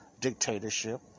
dictatorship